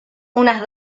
unas